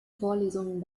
vorlesungen